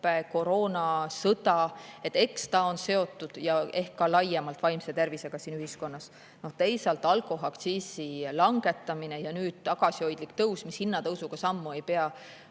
koroona kui ka sõjaga ja ehk ka laiemalt vaimse tervisega siin ühiskonnas. Teisalt, alkoholiaktsiisi langetamine ja nüüd tagasihoidlik tõus, mis hinnatõusuga sammu ei pea.